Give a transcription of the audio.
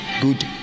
good